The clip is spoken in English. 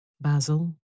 Basil